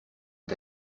est